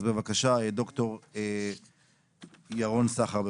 בבקשה, ד"ר ירון סחר.